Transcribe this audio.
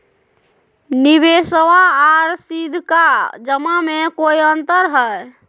निबेसबा आर सीधका जमा मे कोइ अंतर हय?